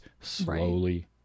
slowly